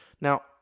Now